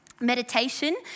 Meditation